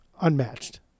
unmatched